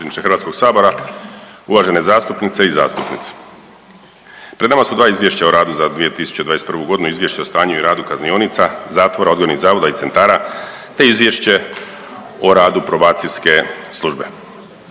Hrvatskog sabora, uvažene zastupnice i zastupnici, pred nama su dva izvješća o radu za 2021. godinu – Izvješće o stanju i radu kaznionica, zatvora, odgojnih zavoda i centara te Izvješće o radu probacijske službe.